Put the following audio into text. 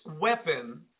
weapon